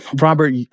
Robert